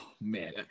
man